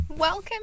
Welcome